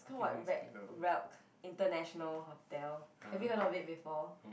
it's called [what] rec international hotel have you heard of it before